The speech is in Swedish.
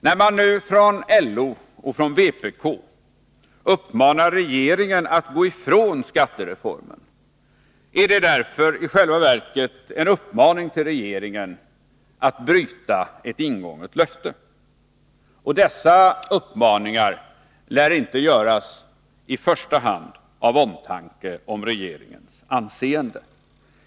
När man från LO och vpk nu uppmanar regeringen att gå ifrån skattereformen är detta i själva verket en uppmaning till regeringen att bryta ett ingånget löfte — och dessa uppmaningar lär inte göras i första hand av omtanke om regeringens anseende.